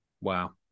Wow